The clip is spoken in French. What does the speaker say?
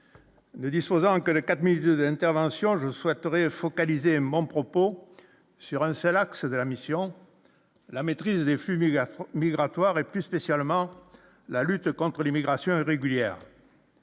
ne disposant que les 4 millions d'interventions, je souhaiterais focaliser mon propos sur un seul axe de la mission, la maîtrise des Fumiya migratoire et plus spécialement la lutte contre l'immigration irrégulière.